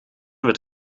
werd